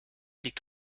liegt